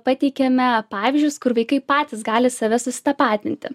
pateikiame pavyzdžius kur vaikai patys gali save susitapatinti